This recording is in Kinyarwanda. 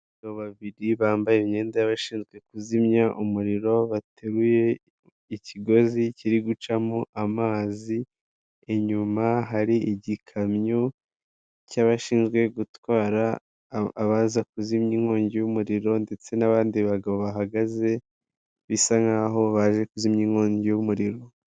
Abagabo babiri bambaye imyenda y'abashinzwe kuzimya umuriro bateruye ikigozi kiri gucamo amazi, inyuma hari igikamyo cy'abashinzwe gutwara abaza kuzimya inkongi y'umuriro, ndetse n'abandi bagabo bahagaze bisa nk'aho baje kuzimya inkongi y'umuriro.